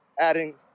adding